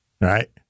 Right